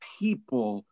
people